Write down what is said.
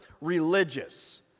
religious